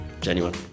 Genuine